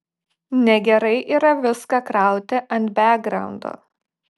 negerai yra viską krauti ant bekgraundo